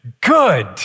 Good